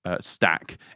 stack